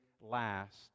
last